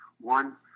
one